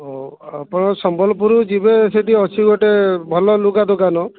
ଓ ଆପଣ ସମ୍ବଲପୁର ଯିବେ ସେଠି ଅଛି ଗୋଟେ ଭଲ ଲୁଗା ଦୋକାନ